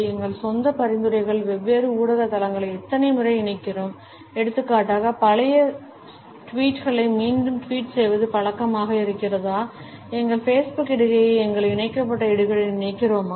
எங்கள் சொந்த பரிந்துரைகளில் வெவ்வேறு ஊடக தளங்களை எத்தனை முறை இணைக்கிறோம் எடுத்துக்காட்டாக பழைய ட்வீட்களை மீண்டும் ட்வீட் செய்வது பழக்கமாக இருக்கிறதா எங்கள் பேஸ்புக் இடுகையை எங்கள் இணைக்கப்பட்ட இடுகையுடன் இணைக்கிறோமா